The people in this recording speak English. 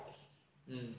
mm